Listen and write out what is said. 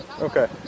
Okay